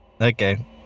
Okay